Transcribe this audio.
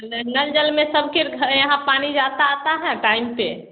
नहीं नल जल में सबके घ यहाँ पानी जाता आता है टाइम पर